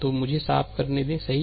तो मुझे इसे साफ करने दें सही